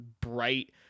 bright